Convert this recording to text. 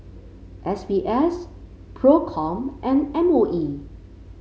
S B S Procom and M O E